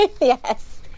Yes